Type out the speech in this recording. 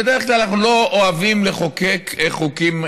בדרך כלל אנחנו לא אוהבים לחוקק חוקים